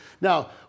Now